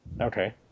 Okay